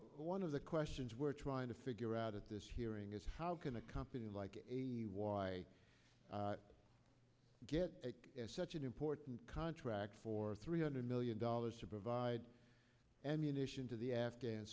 one of the questions we're trying to figure out at this hearing is how can a company like a why get such an important contract for three hundred million dollars to provide and munition to the afghan